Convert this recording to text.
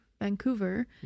Vancouver